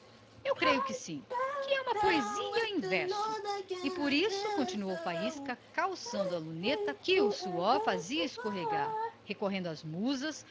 eu creio também que sim é uma poesia em verso e por isso continuou faísca calcando a luneta que o suor fazia escorregar recorrendo às musas